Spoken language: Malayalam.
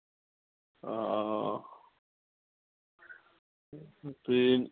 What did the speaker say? ആ അ ആ അ പിൻ